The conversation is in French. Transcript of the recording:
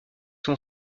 son